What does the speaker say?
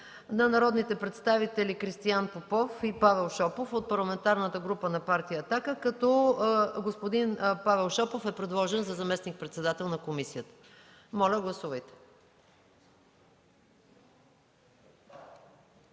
на народните представители Кристиян Димитров и Павел Шопов от Парламентарната група на Партия „Атака”, като господин Павел Шопов е предложен за заместник-председател на комисията. Моля, гласувайте.